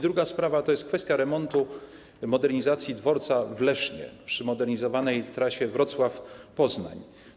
Druga sprawa to jest kwestia remontu, modernizacji dworca w Lesznie przy modernizowanej trasie Wrocław - Poznań.